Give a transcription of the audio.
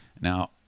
now